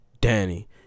Danny